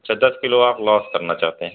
अच्छा दस किलो आप लॉस करना चाहते हैं